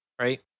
right